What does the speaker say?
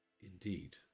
Indeed